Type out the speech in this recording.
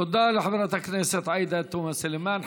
תודה לחברת הכנסת עאידה תומא סלימאן.